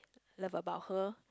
love about her